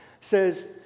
says